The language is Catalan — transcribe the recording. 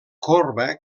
corba